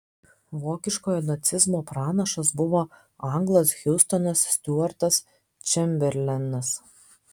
vokiškojo nacizmo pranašas buvo anglas hiustonas stiuartas čemberlenas